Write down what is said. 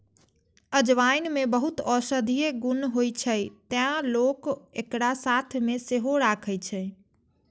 अजवाइन मे बहुत औषधीय गुण होइ छै, तें लोक एकरा साथ मे सेहो राखै छै